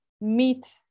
meet